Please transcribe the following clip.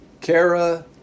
Kara